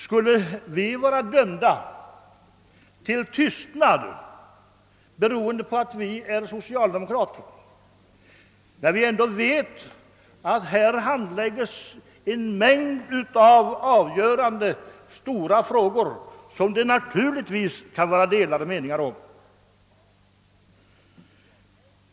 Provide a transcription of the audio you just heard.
Skulle vi vara dömda till tystnad beroende på att vi är socialdemokrater, när vi vet att här handläggs stora och avgörande frågor, som det naturligtvis kan finnas delade meningar om?